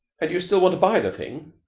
and you still want to buy the thing?